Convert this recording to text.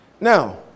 Now